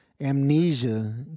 amnesia